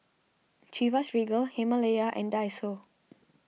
Chivas Regal Himalaya and Daiso